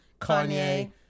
kanye